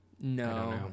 No